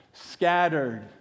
Scattered